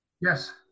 Yes